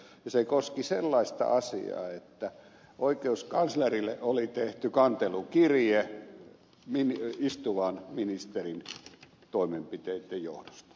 se koski sellaista asiaa että oikeuskanslerille oli tehty kantelukirje istuvan ministerin toimenpiteitten johdosta